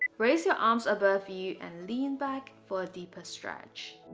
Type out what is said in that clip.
raise your arms above you and lean back for a deeper stretch